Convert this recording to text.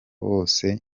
bose